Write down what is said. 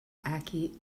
aki